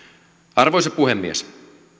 arvoisa puhemies